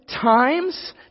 times